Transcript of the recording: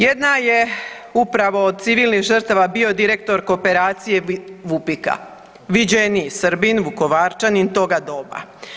Jedna je upravo od civilnih žrtava bio direktor koperacije VUPIK-a viđeniji Srbin, Vukovarčanin toga doba.